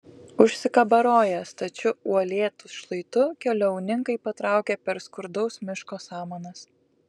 užsikabaroję stačiu uolėtu šlaitu keliauninkai patraukė per skurdaus miško samanas